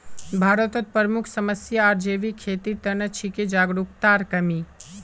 भारतत प्रमुख समस्या आर जैविक खेतीर त न छिके जागरूकतार कमी